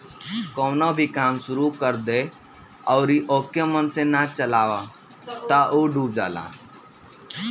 कवनो भी काम शुरू कर दअ अउरी ओके मन से ना चलावअ तअ उ डूब जाला